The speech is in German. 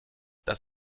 das